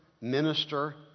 minister